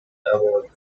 award